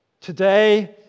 Today